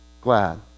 glad